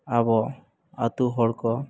ᱟᱵᱚ ᱟᱹᱛᱩᱦᱚᱲᱠᱚ